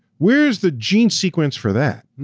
where is the gene sequence for that?